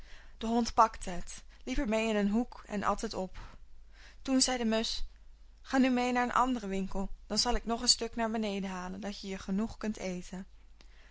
de hond pakte het liep er mee in een hoek en at het op toen zei de musch ga nu mee naar een anderen winkel dan zal ik nog een stuk naar beneden halen dat je je genoegen kunt eten